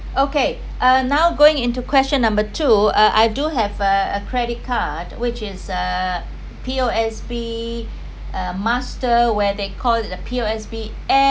okay uh now going into question number two uh I do have a a credit card which is uh P_O_S_B uh master where they call it the P_O_S_B